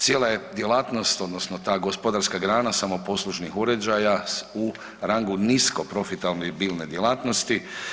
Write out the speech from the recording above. Cijela je djelatnost odnosno ta gospodarska grana samoposlužnih uređaja u rangu nisko profitabilne djelatnosti.